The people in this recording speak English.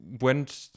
went